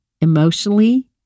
emotionally